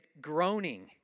groaning